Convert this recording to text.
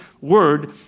word